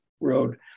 road